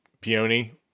peony